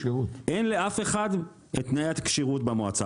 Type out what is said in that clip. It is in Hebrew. אין לאף אחד את תנאי הכשירות במועצה,